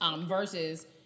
Versus